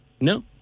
No